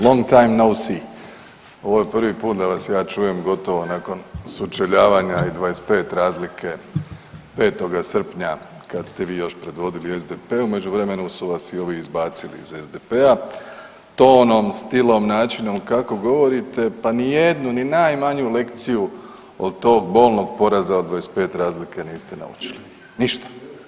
Long time no see, ovo je prvi puta da vas ja čujem gotovo nakon sučeljavanja i 25 razlike 5. srpnja kada ste vi još predvodili SDP, u međuvremenu su vas i ovi izbacili iz SDP-a, tonom, stilom, načinom kako govorite pa nijednu ni najmanju lekciju od tog bolnog poraza od 25 razlike niste naučili, ništa.